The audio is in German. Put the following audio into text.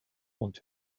und